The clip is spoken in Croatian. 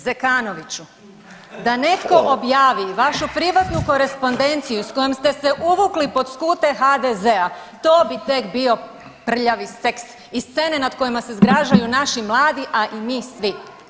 Zekanoviću, da netko objavi vašu privatnu korespodenciju sa kojom ste se uvukli pod skute HDZ-a to bi tek bio prljavi seks i scene nad kojima se zgražaju naši mladi, a i mi svi.